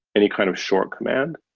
any kind of short command.